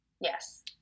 Yes